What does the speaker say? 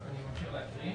תמשיך.